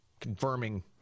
confirming